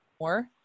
more